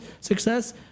success